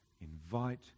Invite